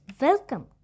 welcome